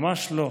ממש לא.